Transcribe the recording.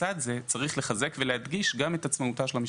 בצד זה צריך לחזק ולהדגיש גם את עצמאותה של המשטרה.